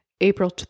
April